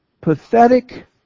pathetic